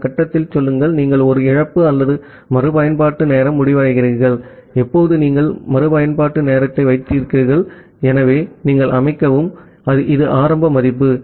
இந்த கட்டத்தில் சொல்லுங்கள் நீங்கள் ஒரு இழப்பு அல்லது மறுபயன்பாட்டு நேரம் முடிவடைகிறீர்கள் எப்போது நீங்கள் மறுபயன்பாட்டு நேரத்தை வைத்திருக்கிறீர்கள் ஆகவே நீங்கள் அமைக்க இது ஆரம்ப மதிப்பு ஆகும்